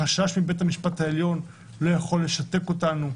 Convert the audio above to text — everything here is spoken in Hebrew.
החשש מבית המשפט העליון לא יכול לשתק אותנו.